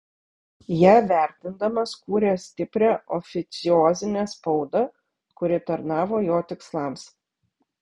ją vertindamas kūrė stiprią oficiozinę spaudą kuri tarnavo jo tikslams